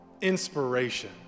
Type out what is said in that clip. Inspiration